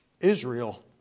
Israel